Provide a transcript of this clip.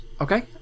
Okay